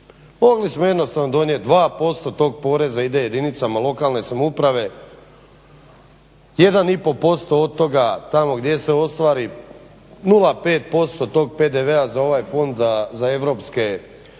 Mogli smo jednostavno donijet 2% tog poreza ide jedinicama lokalne samouprave, 1,5% od toga tamo gdje se ostvari, 0,5% tog PDV-a za ovaj Fond za europske fondove